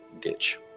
ditch